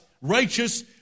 righteous